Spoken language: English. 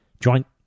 joint